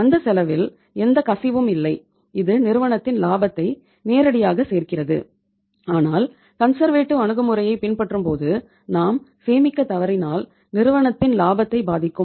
அந்த செலவில் எந்த கசிவும் இல்லை அது நிறுவனத்தின் லாபத்தை நேரடியாக சேர்க்கிறது ஆனால் கன்சர்வேட்டிவ் அணுகுமுறையை பின்பற்றும்போது நாம் சேமிக்க தவறினால் நிறுவனத்தின் லாபத்தை பாதிக்கும்